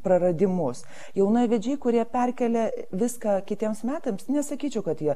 praradimus jaunavedžiai kurie perkelia viską kitiems metams nesakyčiau kad jie